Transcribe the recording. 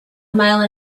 mile